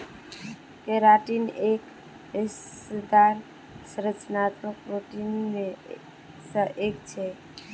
keratin एक रेशेदार संरचनात्मक प्रोटीन मे स एक छेक